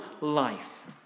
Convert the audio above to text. life